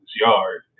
yard